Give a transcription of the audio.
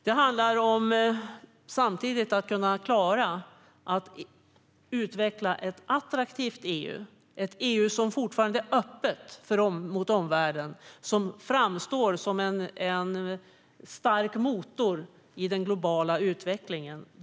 Det handlar om att samtidigt kunna klara att utveckla ett attraktivt EU som fortfarande är öppet mot omvärlden och som framstår som en stark motor i den globala utvecklingen.